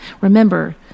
Remember